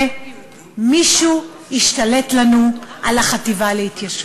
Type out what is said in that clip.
מישהו השתלט לנו על החטיבה להתיישבות.